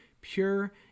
pure